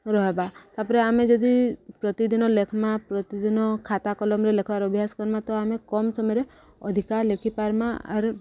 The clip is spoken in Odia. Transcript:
ରହିବା ତାପରେ ଆମେ ଯଦି ପ୍ରତିଦିନ ଲେଖ୍ମା ପ୍ରତିଦିନ ଖାତା କଲମରେ ଲେଖବାର ଅଭ୍ୟାସ କର୍ମା ତ ଆମେ କମ ସମୟରେ ଅଧିକା ଲେଖିପାର୍ମା ଆର୍